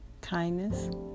kindness